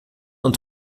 und